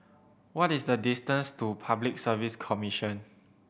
what is the distance to Public Service Commission